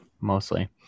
mostly